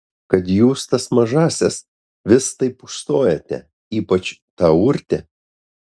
kad jūs tas mažąsias vis taip užstojate ypač tą urtę